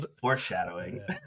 foreshadowing